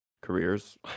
careers